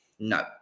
No